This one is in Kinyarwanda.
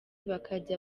bakajya